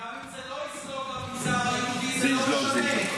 גם אם זה לא יזלוג למגזר היהודי, זה לא משנה.